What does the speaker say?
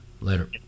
Later